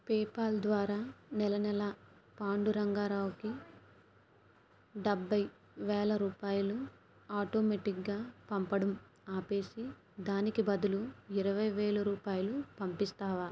PayPal ద్వారా నెలనెలా పాండురంగారావుకి డెబ్బై వేల రూపాయలు ఆటోమేటిక్గా పంపడం ఆపేసి దానికి బదులు ఇరవై వేల రూపాయలు పంపిస్తావా